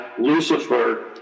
Lucifer